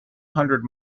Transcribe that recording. hundred